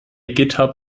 github